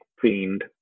fiend